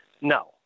No